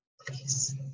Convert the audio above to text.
please